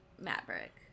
Maverick